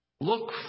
Look